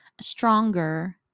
stronger